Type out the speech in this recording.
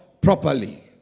properly